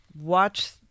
watch